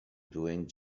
doing